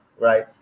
right